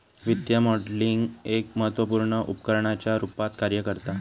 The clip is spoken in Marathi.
वित्तीय मॉडलिंग एक महत्त्वपुर्ण उपकरणाच्या रुपात कार्य करता